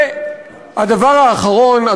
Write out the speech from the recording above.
והדבר האחרון,